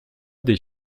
des